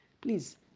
please